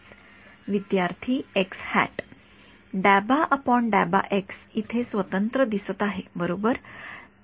विद्यार्थी इथे सर्वत्र दिसत आहे बरोबर